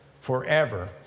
Forever